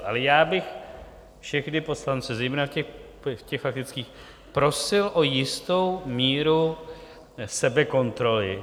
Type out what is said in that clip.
Ale já bych všechny poslance, zejména v těch faktických, prosil o jistou míru sebekontroly.